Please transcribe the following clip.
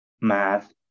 math